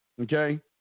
Okay